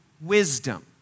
wisdom